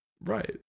right